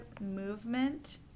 movement